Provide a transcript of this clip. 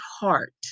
heart